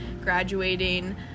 graduating